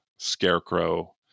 scarecrow